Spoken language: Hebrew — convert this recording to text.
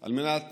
על מנת